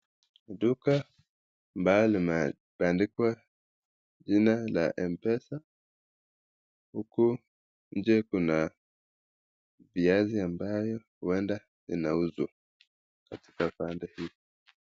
Duka ambalo limeandikwa jina la M-pesa huku nje kuna viazi ambayo uenda inauzwa katika pande hii.